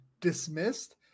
Dismissed